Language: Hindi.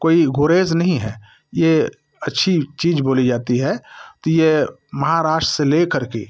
कोई गोरेज नहीं है ये अच्छी चीज बोली जाती है कि ये महाराष्ट्र से लेकर के